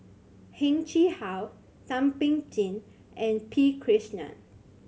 Heng Chee How Thum Ping Tjin and P Krishnan